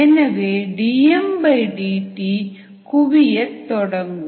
எனவே dmdt குவியத் தொடங்கும்